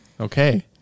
Okay